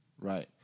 Right